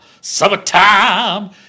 Summertime